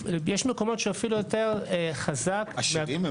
יש מקומות שאפילו יותר חזק --- עשירים?